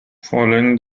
following